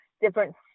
different